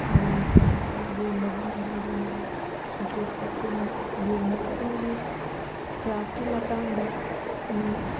ꯃꯌꯥꯝꯁꯤꯡ ꯑꯁꯤ ꯌꯦꯡꯕꯒꯤꯅꯤ ꯍꯥꯏꯗꯨꯅ ꯇꯤꯀꯦꯠ ꯀꯛꯇꯨꯅ ꯌꯦꯡꯕ ꯆꯠꯅꯔꯤ ꯀ꯭ꯔꯥꯐꯀꯤ ꯃꯇꯥꯡꯗꯅ